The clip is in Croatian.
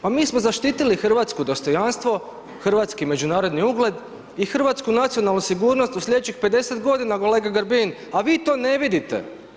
Pa mi smo zaštitili hrvatsko dostojanstvo, hrvatski međunarodni ugled i hrvatsku nacionalnu sigurnost u sljedećih 50 godina kolega Grbin a vi to ne vidite.